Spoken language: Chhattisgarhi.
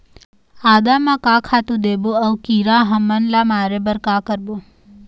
आदा म का खातू देबो अऊ कीरा हमन ला मारे बर का करबो?